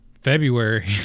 February